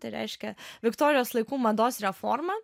tai reiškia viktorijos laikų mados reforma